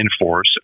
enforce